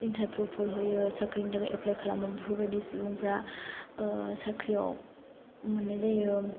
interview फोर होयो साख्रिनि थाखाय एफ्लाइ खालामो बेफोरबायदि सुबुंफ्रा साख्रियाव मोननाय जायो